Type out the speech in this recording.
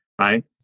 right